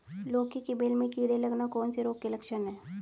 लौकी की बेल में कीड़े लगना कौन से रोग के लक्षण हैं?